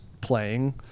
playing